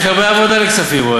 יש הרבה עבודה לכספים.